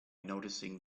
noticing